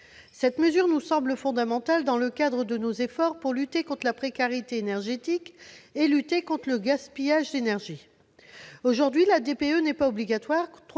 Cette mesure nous semble fondamentale dans le cadre de nos efforts pour lutter contre la précarité énergétique et contre le gaspillage d'énergie. Aujourd'hui, le DPE n'est pas obligatoire,